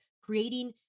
creating